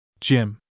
Jim